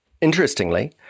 interestingly